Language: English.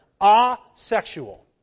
A-sexual